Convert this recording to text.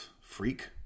freak